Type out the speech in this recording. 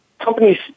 Companies